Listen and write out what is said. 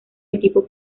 equipo